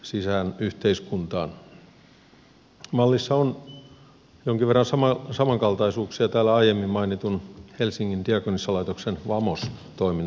mallissa on jonkin verran samankaltaisuuksia täällä aiemmin mainitun helsingin diakonissalaitoksen vamos toiminnan kanssa